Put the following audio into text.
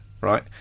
right